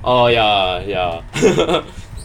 orh ya ya